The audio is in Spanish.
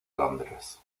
londres